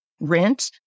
rent